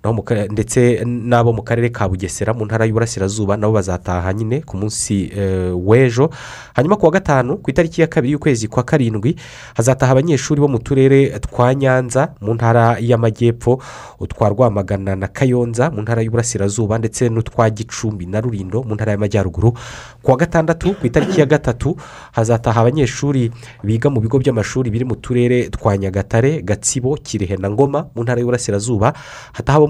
Naho mu ka- ndetse n- nabo mu karere ka Bugesera, mu ntara y'Uburasirazuba nabo bazataha nyine ku munsi, eh, w'ejo. Hanyuma ku wa gatanu, ku itariki ya kabiri y'ukwezi kwa karindwi, hazataha abanyeshuri bo mu turere twa Nyanza, mu ntara ya Majyepfo, utwarwamagana na Kayonza, mu ntara y'Uburasirazuba, ndetse n'utwa Gicumbi na Rulindo, mu ntara y'Amajyaruguru. Ku wa gatandatu ku itariki ya gatatu, hazataha abanyeshuri biga mu bigo by'amashuri biri mu turere twa Nyagatare, Gatsibo, Kirehe na Ngoma, mu ntara y'Uburasirazuba, hataha abanyeshuri